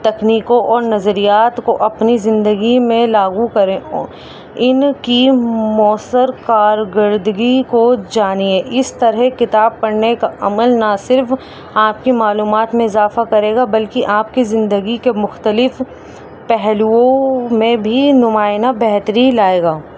تکنیکوں اور نظریات کو اپنی زندگی میں لاگو کریں ان کی مؤثر کارکردگی کو جانیے اس طرح کتاب پڑھنے کا عمل نہ صرف آپ کی معلومات میں اضافہ کرے گا بلکہ آپ کی زندگی کے مختلف پہلوؤں میں بھی نمایاں بہتری لائے گا